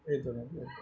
এই জন্য